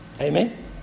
Amen